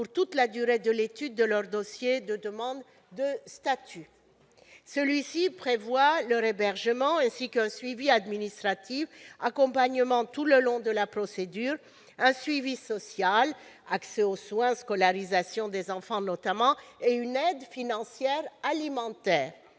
pour toute la durée de l'étude de leur dossier de demande de statut. Cet article prévoit leur hébergement, ainsi qu'un suivi administratif, avec un accompagnement tout au long de la procédure, un suivi social- accès aux soins, scolarisation des enfants ... -et une aide financière alimentaire.